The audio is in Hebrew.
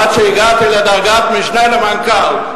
עד שהגעתי לדרגת משנה למנכ"ל.